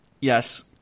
Yes